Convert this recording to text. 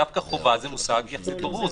דווקא חובה זה מושג יחסית ברור.